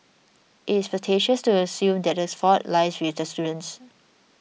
it is facetious to assume that this fault lies with the students